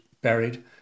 buried